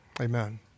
amen